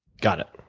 got it.